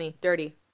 Dirty